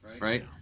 right